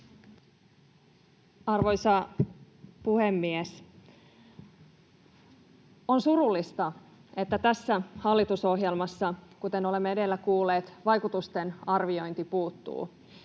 Arvoisa puhemies! On surullista, että tässä hallitusohjelmassa, kuten olemme edellä kuulleet, vaikutusten arviointi puuttuu.